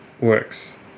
works